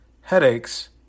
headaches